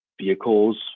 vehicles